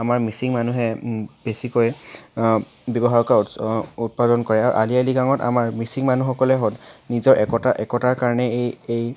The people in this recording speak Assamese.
আমাৰ মিচিং মানুহে বেছিকৈ ব্যৱহাৰ কৰা উৎসৱ উৎপাদন কৰে আলি আই লৃগাঙত আমাৰ মিচিং মানুহসকলে নিজৰ একতা একতাৰ কাৰণেই এই এই